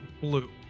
blue